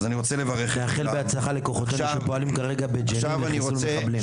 נאחל בהצלחה לכוחותינו שפועלים כרגע בג'נין לחיסול מחבלים,